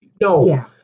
no